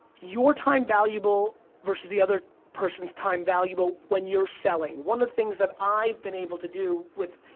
your time valuable versus the other person's time valuable when you're selling. one of the things that i've been able to do with,